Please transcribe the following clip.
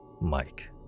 Mike